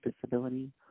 disability